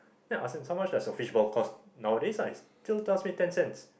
then I ask him how much does your fishball costs nowadays ah he still tells me ten cents